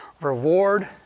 reward